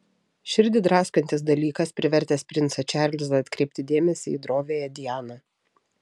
širdį draskantis dalykas privertęs princą čarlzą atkreipti dėmesį į droviąją dianą